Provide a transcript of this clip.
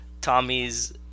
Tommy's